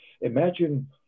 imagine